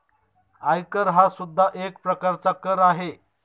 आयकर हा सुद्धा एक प्रकारचा कर आहे